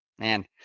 Man